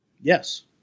yes